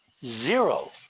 zero